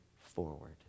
forward